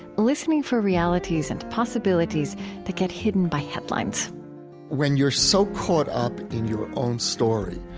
listening for realities and possibilities that get hidden by headlines when you're so caught up in your own story,